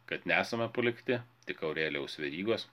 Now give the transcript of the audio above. kad nesame palikti tik aurelijaus verygos